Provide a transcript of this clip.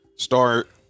start